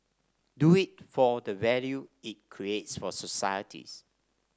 do it for the value it creates for societies